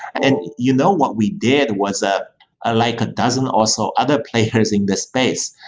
and you know, what we did was ah ah like a dozen or so other players in this space.